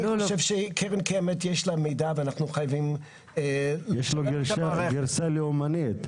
אני חושב שקרן קיימת יש לה מידע ואנחנו חייבים -- יש לה גרסה לאומנית.